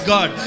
God